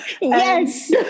yes